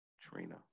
Trina